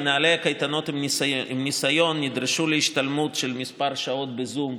מנהלי קייטנות עם ניסיון נדרשים להשתלמות של כמה שעות בזום,